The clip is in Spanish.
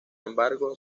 embargo